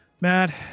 Matt